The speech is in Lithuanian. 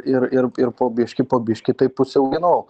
ir ir ir po biškį po biškį taip užsiauginau